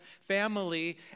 family